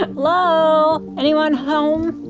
hello? anyone home?